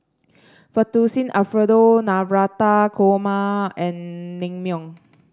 Fettuccine Alfredo Navratan Korma and Naengmyeon